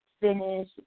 finish